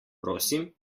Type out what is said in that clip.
prosim